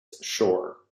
shore